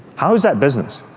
how is that business?